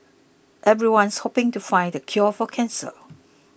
everyone's hoping to find the cure for cancer